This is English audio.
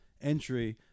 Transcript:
entry